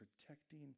protecting